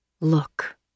Look